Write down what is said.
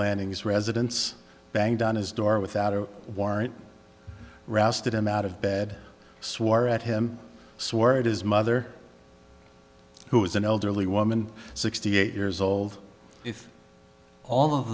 lending his residence banged on his door without a warrant rousted him out of bed swore at him so worried his mother who was an elderly woman sixty eight years old if all of